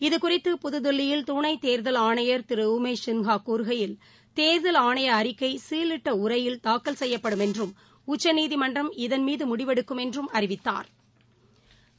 இது குறித்து புதுதில்லியில் துணை தேர்தல் ஆணையர் திரு உமேஷ் சின்ஹா கூறுகையில் தேர்தல் ஆணைய அறிக்கை சீலிட்ட உரையில் தாக்கல் செய்யப்படும் என்றும் உச்சநீதிமன்றம் இதன் மீது முடிவெடுக்கும் என்றும் அறிவித்தாா்